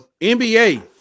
nba